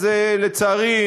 לצערי,